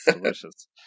delicious